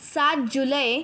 सात जुलै